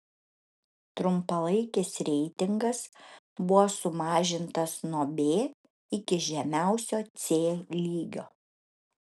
trumpalaikis reitingas buvo sumažintas nuo b iki žemiausio c lygio